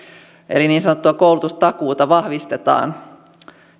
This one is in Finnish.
eli niin sanottua koulutustakuuta vahvistetaan